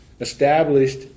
established